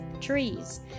trees